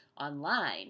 online